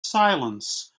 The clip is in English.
silence